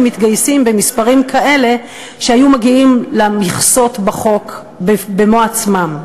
מתגייסים במספרים כאלה שהיו מגיעים למכסות בחוק במו עצמם.